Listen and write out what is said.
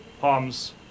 palms